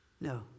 No